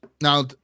now